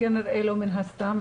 וכנראה לא מן הסתם,